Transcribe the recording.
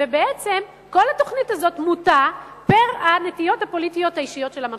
ובעצם כל התוכנית הזאת מוטה לפי הנטיות הפוליטיות האישיות של המנחה.